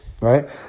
right